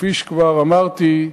כפי שכבר אמרתי,